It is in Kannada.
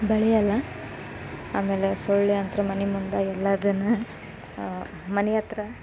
ಬೆಳೆಯೆಲ್ಲ ಆಮೇಲೆ ಸೊಳ್ಳೆ ಅಂತೂ ಮನೆ ಮುಂದೆ ಎಲ್ಲದನ್ನೂ ಮನೆ ಹತ್ರ